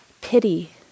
pity